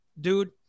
dude